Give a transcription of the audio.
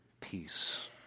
peace